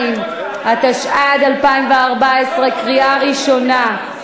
2), התשע"ד 2014, בקריאה ראשונה.